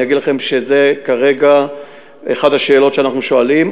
אני אגיד לכם שזה כרגע אחת השאלות שאנחנו שואלים,